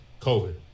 COVID